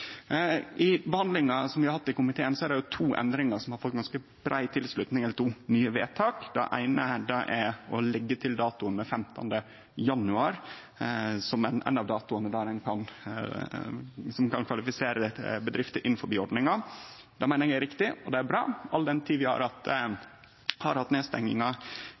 I behandlinga vi har hatt i komiteen, er det to nye forslag til vedtak som har fått ganske brei tilslutning. Det eine er å leggje til 15. januar som ein av datoane som kan kvalifisere bedrifter innanfor ordninga. Det meiner eg er riktig og bra, all den tid vi hadde nedstenginga tidleg i januar, og det gjer at